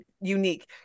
unique